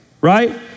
right